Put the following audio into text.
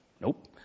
Nope